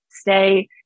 stay